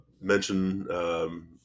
mention